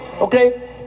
okay